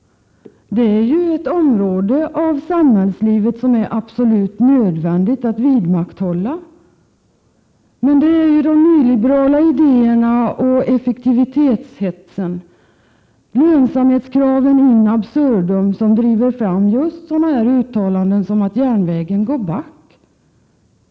Det är ett område av samhällslivet som det är helt nödvändigt att vidmakthålla. Det är emellertid de nyliberala idéerna, effektivitetshetsen och lönsamhetskraven in absurdum som driver fram just sådana här uttalanden som att järnvägen går back.